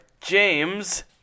James